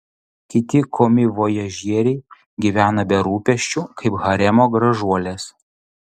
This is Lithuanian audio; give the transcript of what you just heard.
kiti komivojažieriai gyvena be rūpesčių kaip haremo gražuolės